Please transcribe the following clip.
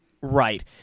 Right